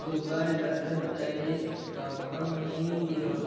Dubai London Paris Hong Kong New York